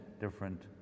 different